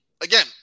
Again